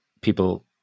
People